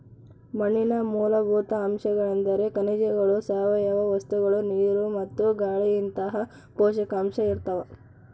ಮಣ್ಣಿನ ಮೂಲಭೂತ ಅಂಶಗಳೆಂದ್ರೆ ಖನಿಜಗಳು ಸಾವಯವ ವಸ್ತುಗಳು ನೀರು ಮತ್ತು ಗಾಳಿಇಂತಹ ಪೋಷಕಾಂಶ ಇರ್ತಾವ